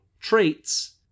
traits